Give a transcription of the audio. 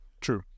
True